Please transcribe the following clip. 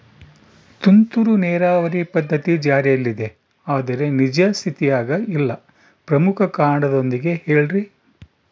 ತುಂತುರು ನೇರಾವರಿ ಪದ್ಧತಿ ಜಾರಿಯಲ್ಲಿದೆ ಆದರೆ ನಿಜ ಸ್ಥಿತಿಯಾಗ ಇಲ್ಲ ಪ್ರಮುಖ ಕಾರಣದೊಂದಿಗೆ ಹೇಳ್ರಿ?